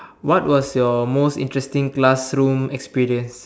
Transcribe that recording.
what was your most interesting classroom experience